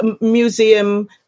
museum